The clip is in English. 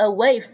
Away